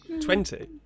Twenty